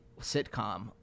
sitcom